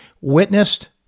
witnessed